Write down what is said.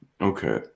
okay